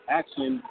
action